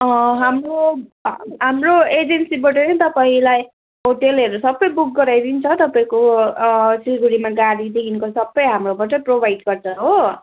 हाम्रो हाम्रो एजेन्सीबाट नि तपाईँलाई होटेलहरू सबै बुक गराइदिन्छ तपाईँको सिलगढीमा गाडीदेखिको सबै हाम्रोबाट प्रोभाइड गर्छ हो